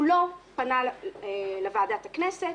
הוא לא פנה לוועדת הכנסת,